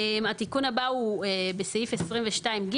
התיקון הבא הוא בסעיף 22(ג),